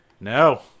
No